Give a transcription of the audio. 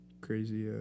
crazy